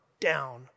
down